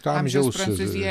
amžiaus jie